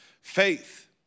Faith